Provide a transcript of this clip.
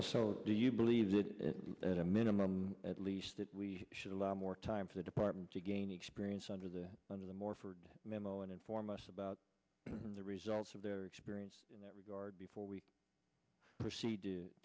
so do you believe that at a minimum at least that we should allow more time for the department to gain experience under the under the morford memo and inform us about the results of their experience in that regard before we proceed